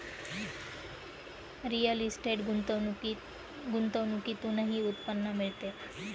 real estate गुंतवणुकीतूनही उत्पन्न मिळते